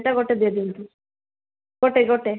ସେଇଟା ଗୋଟେ ଦେଇ ଦିଅନ୍ତୁ ଗୋଟେ ଗୋଟେ